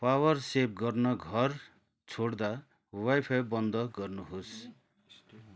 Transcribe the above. power save गर्न घर छोड्दा वाइफाई बन्द गर्नुहोस्